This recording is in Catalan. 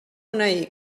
una